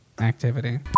activity